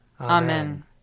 Amen